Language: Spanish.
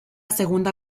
segunda